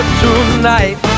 tonight